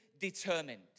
determined